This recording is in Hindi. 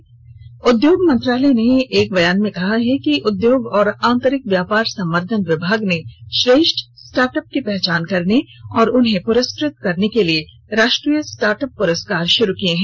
वाणिज्य और उद्योग मंत्रालय ने एक बयान में कहा है कि उद्योग और आंतरिक व्यापार संवर्धन विभाग ने श्रेष्ठ स्टार्टअप की पहचान करने और उन्हें पुरस्कृत करने के लिए राष्ट्रीय स्टार्टअप पुरस्कार शुरु किया है